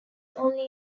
only